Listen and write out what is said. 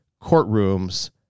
courtrooms